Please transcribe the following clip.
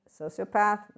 sociopath